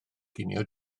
ginio